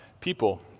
People